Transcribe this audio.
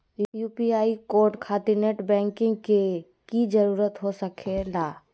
UPI code खातिर net banking की जरूरत हो सके ला?